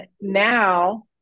now